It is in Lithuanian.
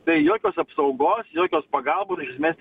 be jokios apsaugos jokios pagalbų iš esmės